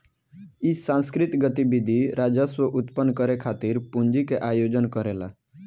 इ सांस्कृतिक गतिविधि राजस्व उत्पन्न करे खातिर पूंजी के आयोजन करेला